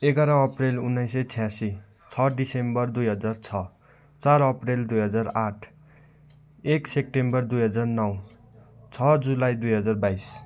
एघार अप्रेल उन्नाइस सय छ्यासी छ दिसम्बर दुई हजार छ चार अप्रेल दुई हजार आठ एक सेप्टेम्बर दुई हजार नौ छ जुलाई दुई हजार बाइस